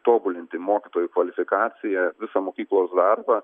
tobulinti mokytojų kvalifikaciją visą mokyklos darbą